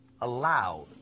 allowed